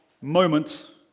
moment